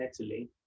Italy